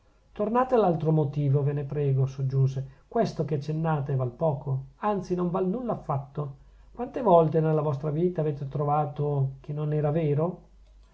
tornate all'altro motivo ve ne prego soggiunse questo che accennate val poco anzi non val nulla affatto quante volte nella vostra vita avete trovato che non era vero